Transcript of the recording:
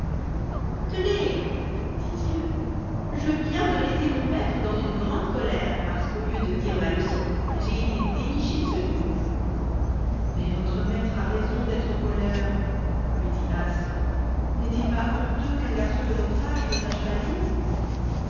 tenez dit-il je viens de laisser mon maître dans une grande colère parce qu'au lieu de dire ma leçon j'ai été dénicher ce nid mais votre maître a raison d'être en colère lui dit astre n'est-il pas honteux qu'un garçon de votre âge ne sache pas lire